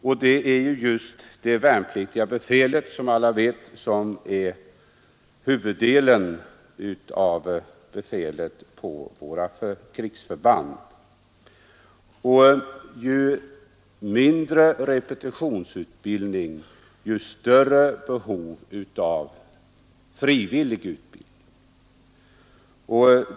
Och det är ju, som alla vet, just det värnpliktiga befälet som utgör huvuddelen av befälet på våra krigsförband. Ju mindre repetitionsutbildning, desto större behov av frivillig utbildning.